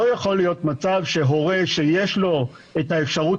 לא יכול להיות מצב שהורה שיש לו את האפשרות